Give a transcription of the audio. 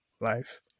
life